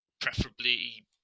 preferably